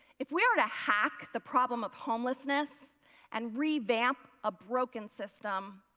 if we are to hack the problem of homelessness and revamp a broken system,